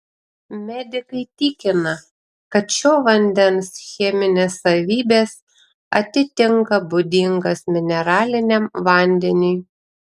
medikai tikina kad šio vandens cheminės savybės atitinka būdingas mineraliniam vandeniui